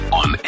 on